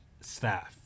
staff